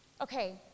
Okay